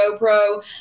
GoPro